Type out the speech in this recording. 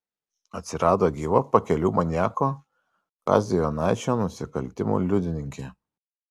atsirado gyva pakelių maniako kazio jonaičio nusikaltimų liudininkė